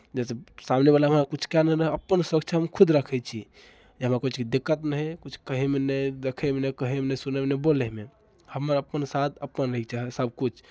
जाहिसँ सामनेवला हमरा किछु कहय नहि अपन सुरक्षा हम खुद रखै छी जे हमरा किछुके दिक्कत नहि होय किछु कहयमे नहि देखयमे नहि कहयमे नहि सुनयमे नहि बोलयमे हमर अपन साथ अपन रहै चाहै सभकिछु